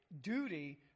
duty